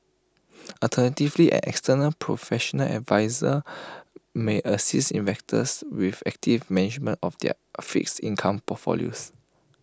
alternatively an external professional adviser may assist investors with active management of their fixed income portfolios